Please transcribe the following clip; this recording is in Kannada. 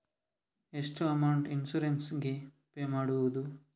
ಎಷ್ಟು ಅಮೌಂಟ್ ಇನ್ಸೂರೆನ್ಸ್ ಗೇ ಪೇ ಮಾಡುವುದು?